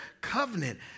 covenant